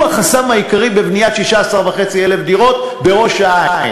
הוא החסם העיקרי בבניית 16,500 דירות בראש-העין.